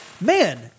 man